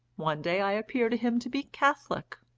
one day i appear to him to be catholic,